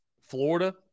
Florida